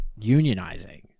unionizing